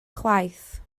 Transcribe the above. chwaith